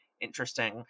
interesting